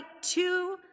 two